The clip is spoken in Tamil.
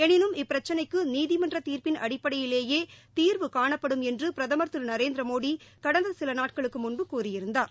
எனினும் இப்பிரச்னைக்கு நீதிமன்ற தீர்ப்பின் அடிப்படையிலேயே தீர்வு காணப்படும் என்று பிரதமர் திரு நரேந்திர மோடி கடந்த சில நாட்களுக்கு முன்பு கூறியிருந்தார்